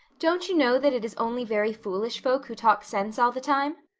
don't you know that it is only very foolish folk who talk sense all the time?